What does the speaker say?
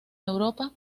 europa